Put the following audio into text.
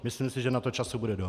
Myslím si, že na to času bude dost.